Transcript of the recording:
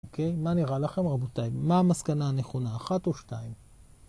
מה נראה לכם רבותיי? מה המסקנה הנכונה? אחת או שתיים?